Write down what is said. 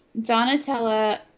Donatella